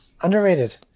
Underrated